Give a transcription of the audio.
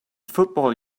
football